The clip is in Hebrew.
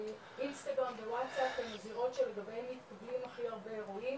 אינסטגרם ווצאפ הן הזירות שלגביהן מתקבלים הכי הרבה אירועים.